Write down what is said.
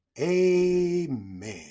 Amen